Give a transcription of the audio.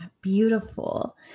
beautiful